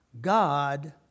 God